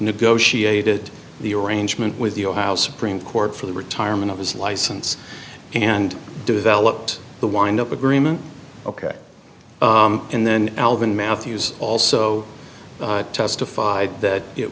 negotiated the arrangement with the ohio supreme court for the retirement of his license and developed the wind up agreement ok and then alvin matthews also testified that it